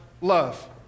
love